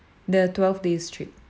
the twelve days trip